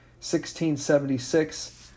1676